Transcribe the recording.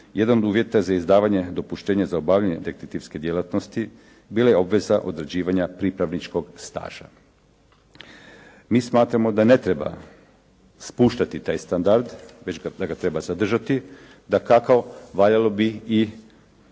jedan od uvjeta za izdavanje dopuštenja za obavljanje detektivske djelatnosti bila je obveza određivanja pripravničkog staža. Mi smatramo da ne treba spuštati taj standard već da ga treba zadržati, dakako valjalo bi i